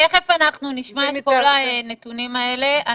אנחנו נשמע את כל הנתונים האלה.